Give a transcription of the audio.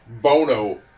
Bono